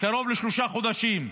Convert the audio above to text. קרוב לשלושה חודשים,